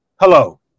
Hello